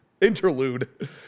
interlude